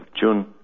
june